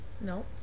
No